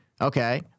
Okay